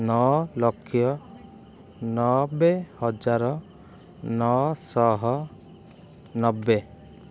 ନଅ ଲକ୍ଷ ନବେ ହଜାର ନଅଶହ ନବେ